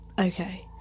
Okay